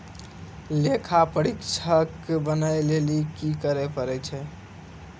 लेखा परीक्षक बनै लेली कि करै पड़ै छै?